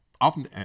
often